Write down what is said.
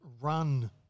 run